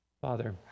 Father